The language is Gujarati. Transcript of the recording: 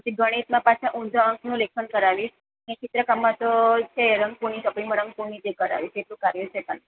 પછી ગણિતમાં પાછા ઉંધા અંકનું લેખન કરાવીશ ને ચિત્રકામમાં તો છે રંગપૂર્ણીની ચોપડીમાં રંગપૂર્ણી કરાવીશ એટલું કાર્ય છે કાલે